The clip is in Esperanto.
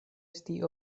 esti